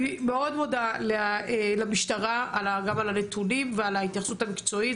אני מאוד מודה למשטרה על הנתונים ועל ההתייחסות המקצועית,